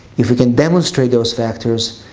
if we can demonstrate those factors,